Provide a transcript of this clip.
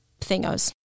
thingos